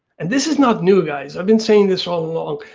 and this is not new guys, i've been saying this all along.